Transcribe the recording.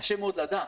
קשה מאוד לדעת,